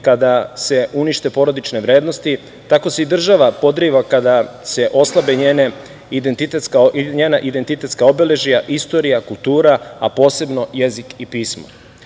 kada se unište porodične vrednosti, tako se i država podriva kada se oslabe njena identitetska obeležja, istorija, kultura, a posebno jezik i